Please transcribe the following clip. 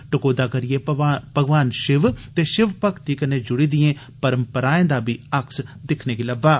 टकोह्दा करियै भगवान षिव ते षिव भक्ति कन्नै जुड़ी दिएं परम्पराएं दा बी अक्स दिक्खने गी लब्बा